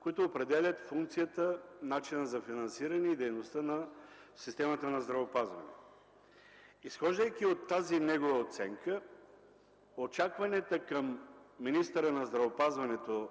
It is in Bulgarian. които определят функцията, начина за финансиране и дейността на системата на здравеопазване. Изхождайки от тази негова оценка, очакванията към министъра на здравеопазването